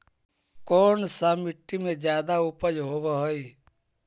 कोन सा मिट्टी मे ज्यादा उपज होबहय?